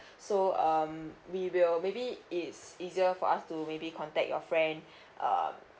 so um we will maybe it's easier for us to maybe contact your friend uh